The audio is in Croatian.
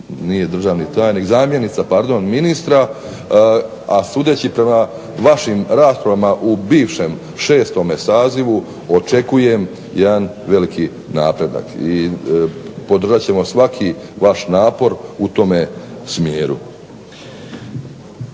nije državni tajnik, zamjenica ministra, a sudeći prema vašim raspravama u bivšem VI. sazivu očekujem jedan veliki napredak i podržat ćemo svaki vaš napor u tome smjeru.